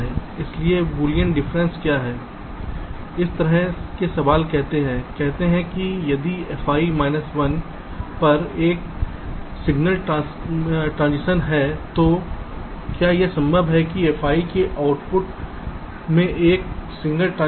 इसलिए बूलियन अंतर क्या है इस तरह के सवाल कहते हैं कहते हैं कि यदि fi माइनस 1 पर एक संकेत संक्रमण है तो क्या यह संभव है कि fi के आउटपुट में एक संकेत संक्रमण हो